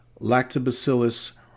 Lactobacillus